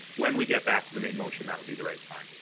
when we get back to the main motion, that will be the right time.